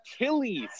Achilles